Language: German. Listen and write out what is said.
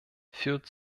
führt